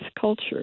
culture